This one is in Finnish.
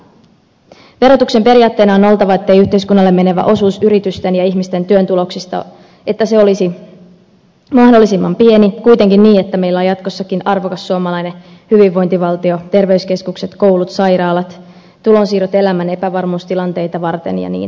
verotuksen periaatteena on oltava että yhteiskunnalle menevä osuus yritysten ja ihmisten työn tuloksista olisi mahdollisimman pieni kuitenkin niin että meillä on jatkossakin arvokas suomalainen hyvinvointivaltio terveyskeskukset koulut sairaalat tulonsiirrot elämän epävarmuustilanteita varten ja niin edelleen